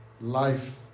life